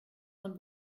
von